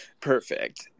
Perfect